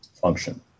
function